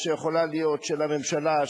שיכולה להיות של הממשלה,